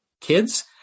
kids